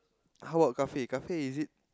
how work cafe cafe is it